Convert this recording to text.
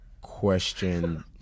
question